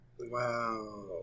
wow